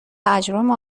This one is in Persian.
اجرام